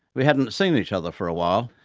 we hadn't seen each other for a while,